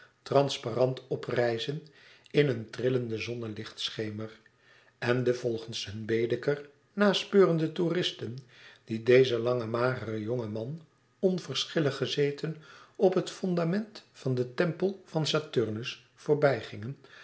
transparent oprijzen in een trillenden zonnelichtschemer en de volgens hun baedeker naspeurende touristen die dezen langen mageren jongen man onverschillig gezeten op het fondament van den tempel van saturnus